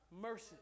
mercy